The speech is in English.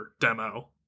demo